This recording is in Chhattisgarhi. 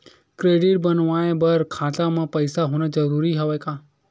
क्रेडिट बनवाय बर खाता म पईसा होना जरूरी हवय का?